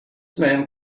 man